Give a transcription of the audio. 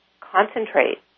concentrate